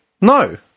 no